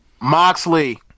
Moxley